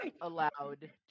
allowed